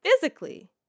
physically